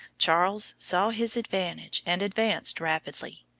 charles saw his advantage, and advanced rapidly.